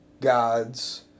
gods